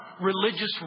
religious